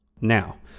Now